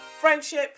Friendship